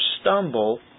stumble